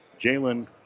Jalen